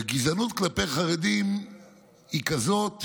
והגזענות כלפי חרדים היא כזאת